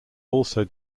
also